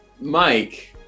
Mike